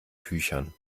tüchern